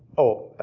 oh,